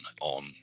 on